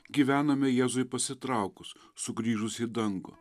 gyvenome jėzui pasitraukus sugrįžus į dangų